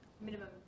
minimum